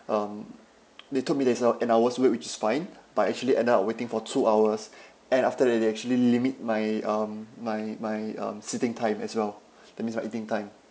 um they told me there's a an hour's wait which is fine but actually end up waiting for two hours and after that they actually limit my um my my um seating time as well that means my eating time